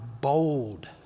bold